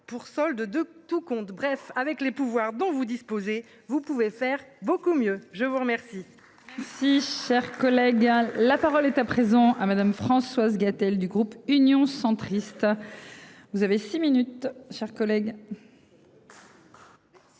pour solde de tout compte. Bref, avec les pouvoirs dont vous disposez. Vous pouvez faire beaucoup mieux, je vous remercie. Si cher collègue, la parole est à présent à Madame. Françoise Gatel du groupe Union centriste. Vous avez six minutes, chers collègues. Madame